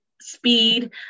speed